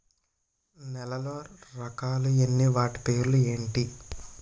నేలలో రకాలు ఎన్ని వాటి పేర్లు ఏంటి?